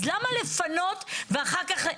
אז למה לפנות ואחר כך,